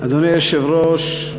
אדוני היושב-ראש,